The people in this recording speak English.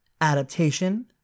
adaptation